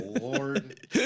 Lord